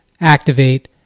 activate